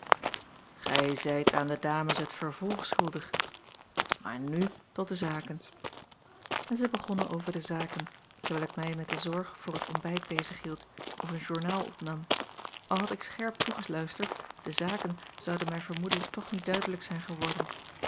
gij zijt aan de dames het vervolg schuldig maar n tot de zaken en zij begonnen over de zaken terwijl ik mij met de zorg voor het ontbijt bezighield of een journaal opnam al had ik scherp toegeluisterd de zaken zouden mij vermoedelijk toch niet duidelijk zijn geworden